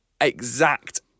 Exact